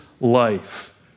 life